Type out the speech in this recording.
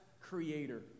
Creator